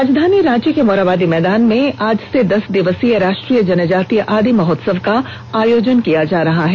राजधानी रांची के मोरहाबादी मैदान में आज से दस दिवसीय राष्ट्रीय जनजातीय आदि महोत्सव का आयोजन किया जा रहा है